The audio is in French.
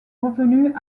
revenus